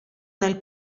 nel